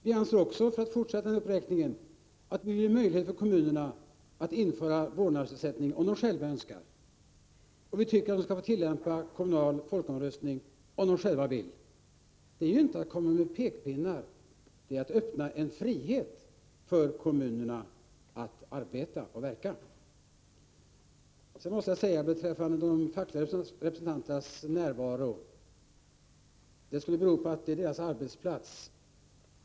Vi anser också, för att fortsätta uppräkningen, att kommunerna skall ha möjlighet att införa vårdnadsersättning om de själva så önskar. Vi tycker att de skall få tillämpa kommunal folkomröstning om de själva vill. Detta innebär inte att man kommer med pekpinnar. Det innebär att man ger kommunerna frihet att arbeta och verka. De fackliga representanternas rätt till närvaro skulle bero på att kommunen är deras arbetsplats.